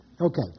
Okay